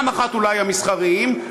אולי המסחריים,